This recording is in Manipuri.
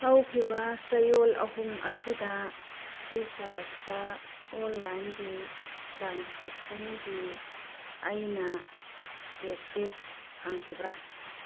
ꯍꯧꯈꯤꯕ ꯆꯌꯣꯜ ꯑꯍꯨꯝ ꯑꯁꯤꯗ ꯐ꯭ꯔꯤꯆꯥꯔꯖꯇ ꯑꯣꯟꯂꯥꯏꯟꯒꯤ ꯇ꯭ꯔꯥꯟꯁꯦꯛꯁꯟꯒꯤ ꯑꯩꯅ ꯀꯦꯁꯕꯦꯛ ꯐꯪꯈꯤꯕ꯭ꯔ